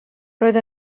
roedd